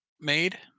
Made